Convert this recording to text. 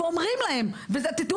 ואומרים להם: "לכו להתלונן במשטרה" ותדעו